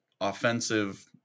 offensive